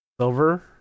silver